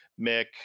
Mick